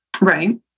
Right